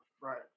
Right